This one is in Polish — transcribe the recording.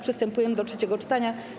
Przystępujemy do trzeciego czytania.